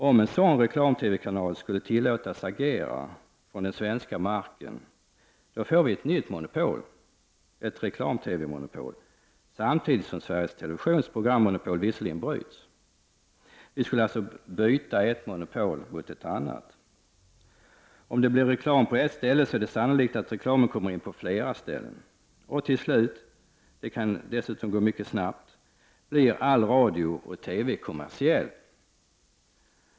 Om en sådan reklam-TV-kanal skulle tillåtas agera från svensk mark får vi ett nytt monopol, ett reklam-TV-monopol. Visserligen bryts då samtidigt Sveriges televisions programmonopol, men vi skulle alltså på detta sätt byta ett monopol mot ett annat. Om vi får reklam på ett ställe är det sannolikt att reklamen kommer in på fler ställen. Till slut — och det kan gå mycket snabbt — blir all radio och TV kommersiell.